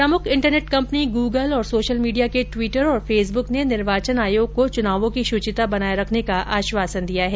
प्रमुख internet company Google तथा social media के ट्वीटर और फेसबुक ने निर्वाचन आयोग को चुनावों की शुचिता बनाये रखने का आश्वासन दिया है